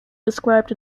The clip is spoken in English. described